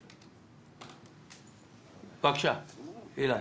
בבקשה, אילן.